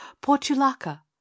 Portulaca